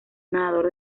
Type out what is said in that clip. nadador